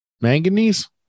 Manganese